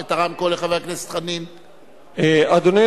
אדוני.